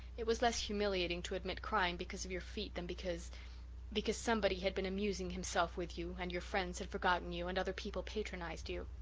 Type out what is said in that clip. it was less humiliating to admit crying because of your feet than because because somebody had been amusing himself with you, and your friends had forgotten you, and other people patronized you.